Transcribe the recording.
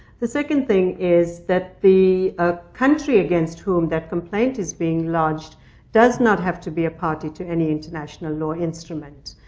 the second thing is that the ah country against whom that complaint is being lodged does not have to be a party to any international law instrument.